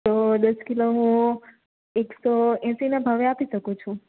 તો દસ કિલો હું એકસો એંસીના ભાવે આપી શકું છું